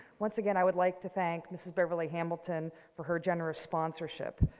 once again, i would like to thank mrs. beverly hamilton for her generous sponsorship.